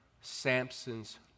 Samson's